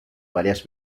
varias